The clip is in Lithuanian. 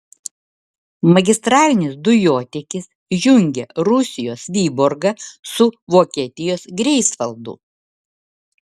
magistralinis dujotiekis jungia rusijos vyborgą su vokietijos greifsvaldu